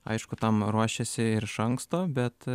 aišku tam ruošėsi ir iš anksto bet